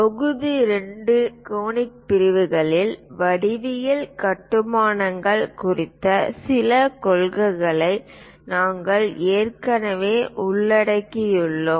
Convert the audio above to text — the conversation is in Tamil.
தொகுதி 2 கோனிக் பிரிவுகளில் வடிவியல் கட்டுமானங்கள் குறித்த சில கொள்கைகளை நாங்கள் ஏற்கனவே உள்ளடக்கியுள்ளோம்